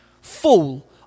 full